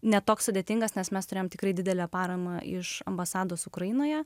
ne toks sudėtingas nes mes turėjome tikrai didelę paramą iš ambasados ukrainoje